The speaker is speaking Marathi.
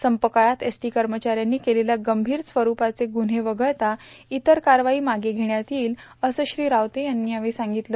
संपकाळात एसटी कर्मचाऱ्यांनी केलेल्या गंभीर स्वरूपाचे गुव्हे वगळता इतर कारवाई मागे घेण्यात येईल असं श्री रावते यांनी यावेळी सांगितलं